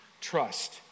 trust